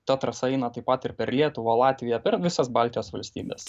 ta trasa eina taip pat ir per lietuvą latviją per visas baltijos valstybes